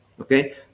Okay